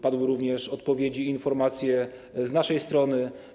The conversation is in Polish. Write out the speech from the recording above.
Padły również odpowiedzi i informacje z naszej strony.